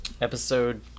Episode